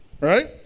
right